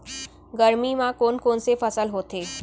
गरमी मा कोन से फसल होथे?